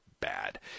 Bad